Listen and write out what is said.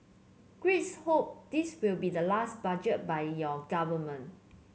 Greeks hope this will be the last budget by your government